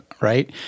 right